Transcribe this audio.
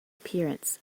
appearance